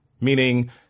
meaning